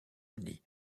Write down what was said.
unis